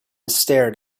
stared